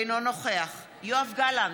אינו נוכח יואב גלנט,